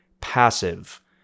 passive